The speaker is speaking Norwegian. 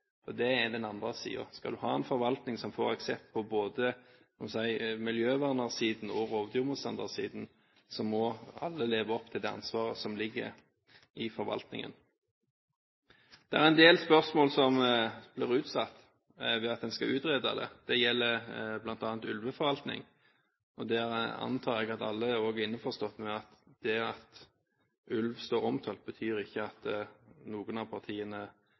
og ta seg til rette. Det er den andre siden. Skal man ha en forvaltning som får aksept på både miljøvernersiden og rovdyrmotstandersiden, må alle leve opp til det ansvaret som ligger i forvaltningen. Det er en del spørsmål som blir utsatt, ved at en skal utrede dem. Det gjelder bl.a. ulveforvaltning. Der antar jeg at alle er innforstått med følgende: Det at ulv står omtalt, betyr ikke at noen av partiene